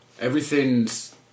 everything's